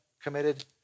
committed